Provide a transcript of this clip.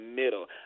middle